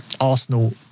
Arsenal